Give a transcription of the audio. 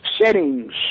settings